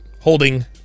holding